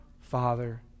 father